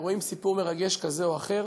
ורואים סיפור מרגש זה או אחר